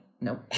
Nope